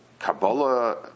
Kabbalah